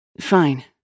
Fine